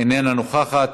איננה נוכחת,